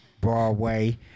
Broadway